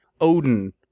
Odin